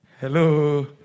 Hello